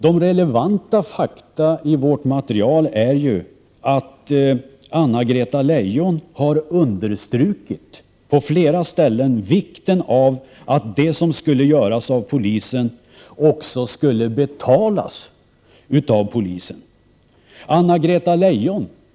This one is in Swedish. Jo, relevanta fakta i vårt material är ju att Anna-Greta Leijon i flera sammanhang har understrukit vikten av att det som skulle göras av polisen också skulle betalas av polisen.